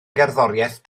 gerddoriaeth